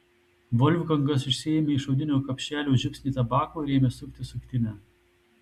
volfgangas išsiėmė iš odinio kapšelio žiupsnį tabako ir ėmė sukti suktinę